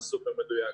זה סופר מדויק.